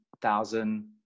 thousand